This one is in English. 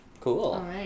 Cool